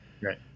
Right